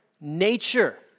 nature